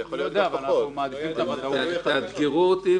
אדוני,